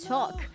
Talk